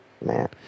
man